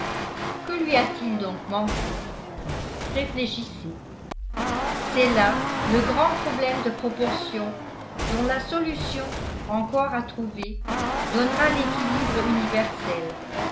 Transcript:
que lui a-t-il donc manqué réfléchissez c'est là le grand problème de proportion dont la solution encore à trouver donnera l'équilibre universel